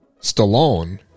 Stallone